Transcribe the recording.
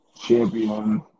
champion